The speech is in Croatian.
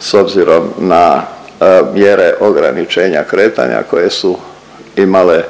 s obzirom na mjere ograničenja kretanja koje su imale